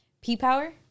P-Power